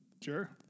sure